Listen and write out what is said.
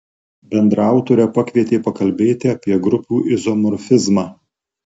bendraautorę pakvietė pakalbėti apie grupių izomorfizmą